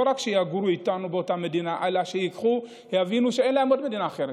לא רק שיגורו איתנו באותה מדינה אלא שיבינו שאין להם מדינה אחרת.